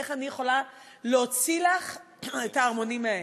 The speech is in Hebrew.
איך אני יכולה להוציא לך את הערמונים מהאש?